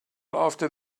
after